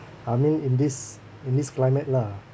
I mean in this in this climate lah